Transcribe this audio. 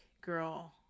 girl